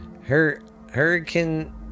Hurricane